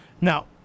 Now